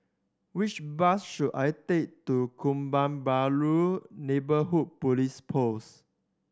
which bus should I take to Kebun Baru Neighbourhood Police Post